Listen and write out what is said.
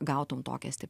gautum tokią